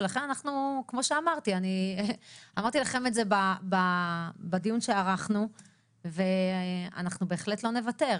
ולכן אנחנו כמו שאמרתי לכם את זה בדיון שערכנו ואנחנו בהחלט לא נוותר.